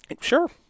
Sure